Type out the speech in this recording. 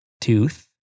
Tooth